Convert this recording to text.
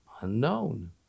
unknown